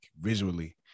visually